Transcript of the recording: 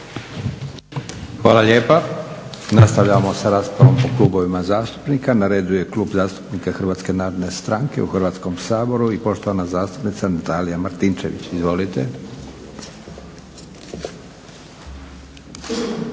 Hvala lijepa. Nastavljamo sa raspravom po klubovima zastupnika. Na redu je Klub zastupnika Hrvatske narodne stranke u Hrvatskom saboru i poštovana zastupnica Natalija Martinčević. Izvolite.